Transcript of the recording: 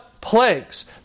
plagues